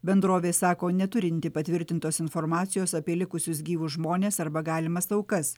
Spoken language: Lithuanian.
bendrovė sako neturinti patvirtintos informacijos apie likusius gyvus žmones arba galimas aukas